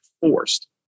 forced